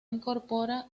incorpora